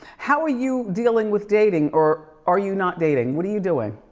how are you dealing with dating? or are you not dating? what are you doing?